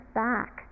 back